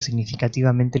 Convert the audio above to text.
significativamente